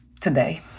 today